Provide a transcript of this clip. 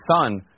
son